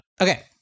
Okay